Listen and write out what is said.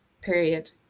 period